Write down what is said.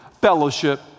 Fellowship